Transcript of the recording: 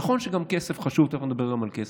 נכון שגם כסף חשוב, ותכף נדבר גם על כסף,